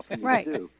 right